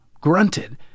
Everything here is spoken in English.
grunted